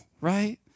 right